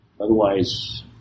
Otherwise